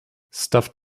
stuffed